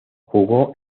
jugó